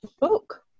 book